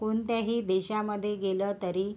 कोणत्याही देशामध्ये गेलं तरी